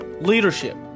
leadership